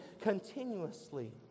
continuously